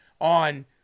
on